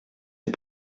ses